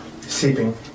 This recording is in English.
Seeping